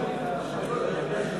נתקבלו.